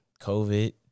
COVID